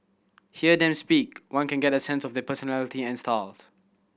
hear them speak one can get a sense of their personality and styles